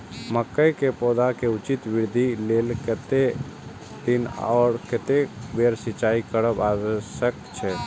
मके के पौधा के उचित वृद्धि के लेल कतेक दिन आर कतेक बेर सिंचाई करब आवश्यक छे?